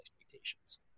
expectations